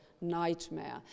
nightmare